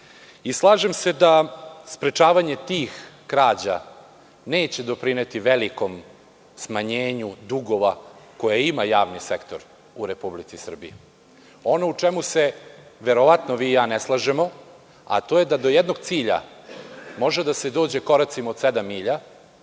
i slažem se da sprečavanje tih krađa neće doprineti velikom smanjenju dugova, koji ima javni sektor u Republici Srbiji. Ono u čemu se verovatno vi i ja ne slažemo, a to je da do jednog cilja može da se dođe koracima od sedam milja,